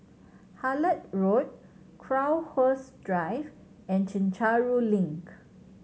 Hullet Road Crowhurst Drive and Chencharu Link